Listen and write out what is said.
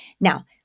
now